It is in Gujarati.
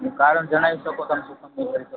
એનું કારણ જણાઈ શકો તમે શું કામ નઈ ભરી શકો